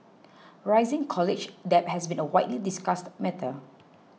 rising college debt has been a widely discussed matter